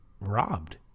robbed